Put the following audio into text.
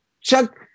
Chuck